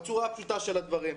בצורה הפשוטה של הדברים.